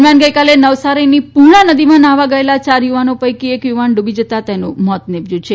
દરમિયાન ગઇકાલે નવસારીની પુર્ણ નદીમાં ન્હાવા ગયેલા ચાર યુવાનો પૈકી એક યુવાન ડુબી જતા તેનું મોત નીપજયું છે